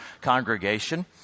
congregation